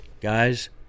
guys